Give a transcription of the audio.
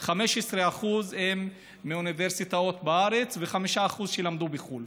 15% הם מאוניברסיטאות בארץ ו-5% למדו בחו"ל,